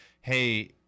hey